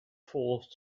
forced